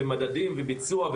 מדדים וביצוע.